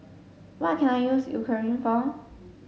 what can I use Eucerin for